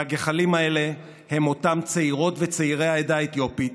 הגחלים האלה הן אותם צעירות וצעירי העדה האתיופית,